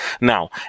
Now